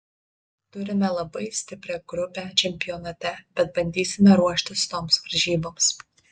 turime labai stiprią grupę čempionate bet bandysime ruoštis toms varžyboms